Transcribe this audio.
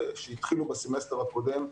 שהתחילו בסמסטר הקודם,